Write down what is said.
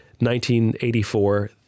1984